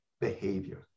behavior